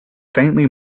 faintly